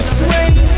swing